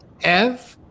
Ev